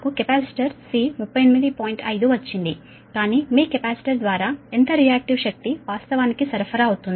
5 వచ్చింది కానీ మీ కెపాసిటర్ ద్వారా ఎంత రియాక్టివ్ శక్తి వాస్తవానికి సరఫరా అవుతుంది